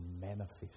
manifest